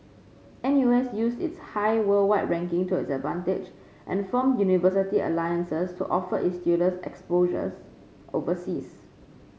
NU S used its high worldwide ranking to its advantage and formed university alliances to offer its students exposure overseas